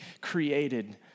created